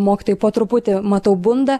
mokytojai po truputį matau bunda